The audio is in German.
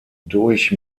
durch